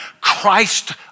Christ